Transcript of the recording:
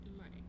Right